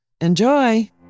Enjoy